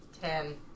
ten